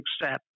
accept